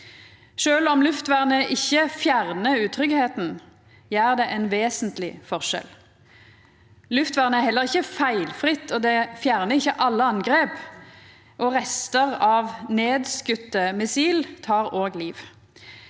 Sjølv om luftvernet ikkje fjernar utryggleiken, gjer det ein vesentleg forskjell. Luftvern er heller ikkje feilfritt, det fjernar ikkje alle angrep, og restar av nedskotne missil tek òg liv,